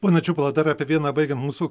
pone čiupala dar apie vieną baigiam mūsų